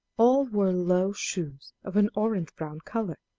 all wore low shoes of an orange-brown color,